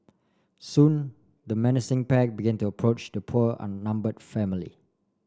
soon the menacing pack began to approach the poor on numbered family